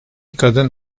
kadın